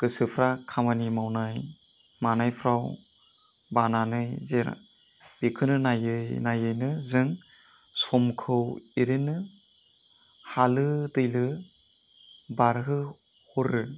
गोसोफ्रा खामानि मावनाय मानायफ्राव बानानै जेराव बिखौनो नाइयै नाइयैनो जों समखौ एरैनो हालो दैलो बारहो हरो